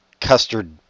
custard